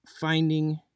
finding